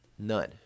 None